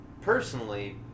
personally